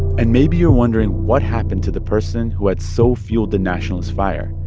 and maybe you're wondering what happened to the person who had so fueled the nationalist fire.